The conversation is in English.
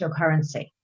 cryptocurrency